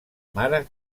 mare